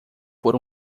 por